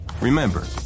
Remember